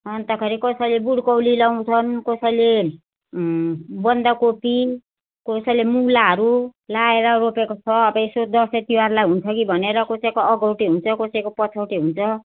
अन्तखेरि कसैले ब्रोकाउली लाउँछन् कसैले बन्दकोपी कसैले मुलाहरू लाएर रोपेको छ अब यसो दसैँ तिहारलाई हुन्छ कि भनेर कसैको अगौटे हुन्छ कसैको पछौटे हुन्छ